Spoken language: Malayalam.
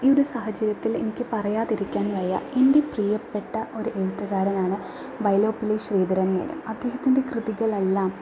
ഈ ഒരു സാഹചര്യത്തിൽ എനിക്ക് പറയാതിരിക്കാൻ വയ്യാ എൻ്റെ പ്രിയപ്പെട്ട ഒരു എഴുത്തുകാരനാണ് വൈലോപ്പിള്ളി ശ്രീധരമേനോൻ അദ്ദേഹത്തിൻ്റെ കൃതികളെല്ലാം